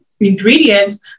ingredients